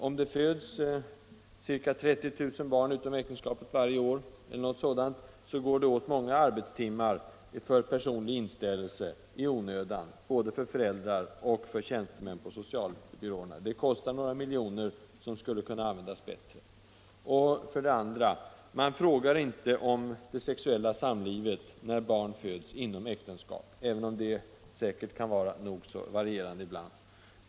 Om det föds ca 30 000 barn utom äktenskapet varje år, så går det åt många arbetstimmar för både föräldrar och tjänstemän på socialbyråer på grund av personlig inställelse i onödan. Det kostar några miljoner, som skulle kunna användas bättre. Man frågar inte om det sexuella samlivet när barn föds inom äktenskap, även om det säkert kan vara nog så varierande.